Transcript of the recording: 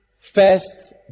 first